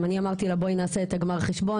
אני אמרתי לה בואי נעשה את גמר חשבון.